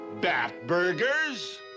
Bat-burgers